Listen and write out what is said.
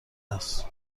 است